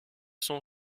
son